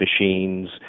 machines